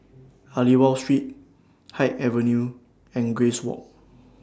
Aliwal Street Haig Avenue and Grace Walk